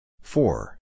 Four